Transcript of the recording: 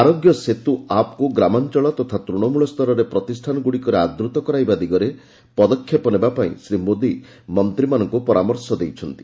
ଆରୋଗ୍ୟ ସେତୁ ଆପ୍କୁ ଗ୍ରାମାଞ୍ଚଳ ତଥା ତୃଣମୂଳ ସ୍ତରର ପ୍ରତିଷ୍ଠାନଗୁଡ଼ିକରେ ଆଦୃତ କରାଇବା ଦିଗରେ ପଦକ୍ଷେପ ନେବା ପାଇଁ ଶ୍ରୀ ମୋଦୀ ମନ୍ତ୍ରୀମାନଙ୍କୁ ପରାମର୍ଶ ଦେଇଛନ୍ତି